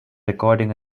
recording